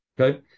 Okay